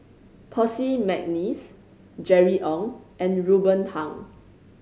Percy McNeice Jerry Ng and Ruben Pang